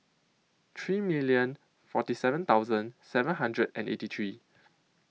three million forty seven thousand hundred and eighty three